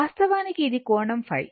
వాస్తవానికి ఇది కోణం ϕ